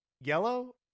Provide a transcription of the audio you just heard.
yellow